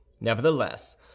nevertheless